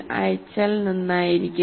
com അയച്ചാൽ നന്നായിരിക്കും